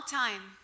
time